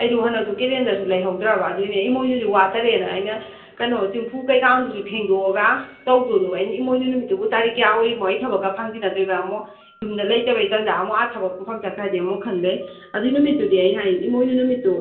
ꯑꯩꯗꯨ ꯍꯟꯗꯛꯇꯣ ꯀꯦꯂꯦꯟꯗꯔꯁꯨ ꯂꯩꯍꯧꯗ꯭ꯔꯕ ꯑꯗꯨꯒꯤꯅꯦ ꯏꯃꯨꯏꯅꯨꯗꯨ ꯋꯥꯠꯇꯔꯦꯅ ꯑꯩꯅ ꯀꯩꯅꯣ ꯆꯦꯡꯐꯨ ꯀꯩꯀꯥꯗꯨꯁꯨ ꯐꯦꯡꯗꯣꯛꯑꯒ ꯇꯧꯗꯧꯗꯣ ꯑꯩꯅ ꯏꯃꯣꯏꯅꯨ ꯅꯨꯃꯤꯠꯇꯨꯕꯨ ꯇꯥꯔꯤꯛ ꯀꯌꯥ ꯑꯣꯏꯔꯤꯅꯣ ꯑꯩ ꯊꯕꯛꯀ ꯐꯥꯡꯖꯟꯅꯗꯣꯔꯤꯕ꯭ꯔꯥ ꯑꯃꯨꯛ ꯌꯨꯝꯗ ꯂꯩꯇꯕꯒꯤ ꯇꯟꯖꯥ ꯑꯃꯨꯛ ꯑꯥ ꯊꯕꯛ ꯃꯐꯝ ꯆꯠꯈ꯭ꯔꯗꯤ ꯑꯃꯨꯛ ꯈꯟꯕꯒꯤ ꯑꯗꯨꯒꯤ ꯅꯨꯃꯤꯠꯇꯨꯗꯤ ꯑꯩꯅ ꯏꯃꯣꯏꯅꯨ ꯅꯨꯃꯤꯠꯇꯨ